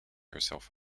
herself